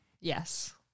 Yes